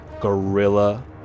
gorilla